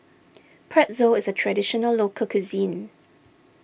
Pretzel is a Traditional Local Cuisine